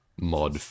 mod